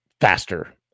faster